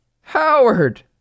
Howard